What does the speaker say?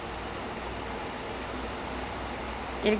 oh watch on YouTube full படமும்:padamum on YouTube leh இருக்குய்:irukku